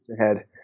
ahead